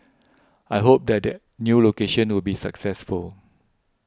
I hope that the new location will be successful